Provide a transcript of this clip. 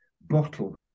bottle